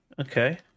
Okay